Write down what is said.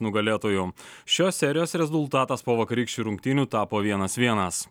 nugalėtojo šios serijos rezultatas po vakarykščių rungtynių tapo vienas vienas